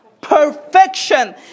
Perfection